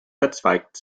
verzweigt